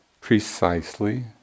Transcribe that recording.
precisely